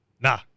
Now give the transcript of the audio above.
Nah